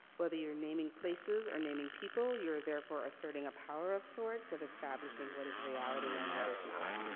whether you're naming places or naming people, you're therefore asserting a power of sorts, of establishing what is reality and what is not.